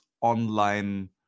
online